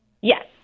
Yes